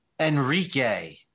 Enrique